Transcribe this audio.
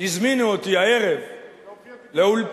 הזמינה אותי הערב לאולפן,